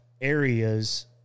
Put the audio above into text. areas